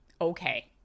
Okay